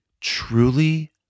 truly